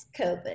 COVID